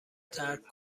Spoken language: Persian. ترک